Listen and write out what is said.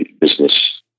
business